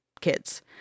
Kids